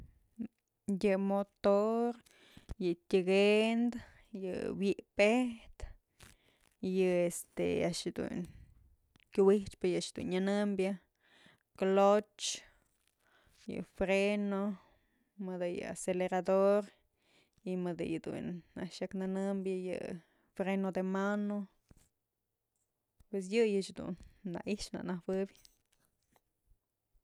Yë motor, yë tyëkëndë, yë wi'it pëtjtë, yë este a'ax jedun kyuwichpë yë a'ax dun nyënëmbyë cloch, yë freno, mëdë acelerador, y mëdë yëdun a'ax jak nënëmbyë yë freno de mano pues yëyëch dun na i'ixpë na najueb.